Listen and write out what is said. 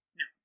no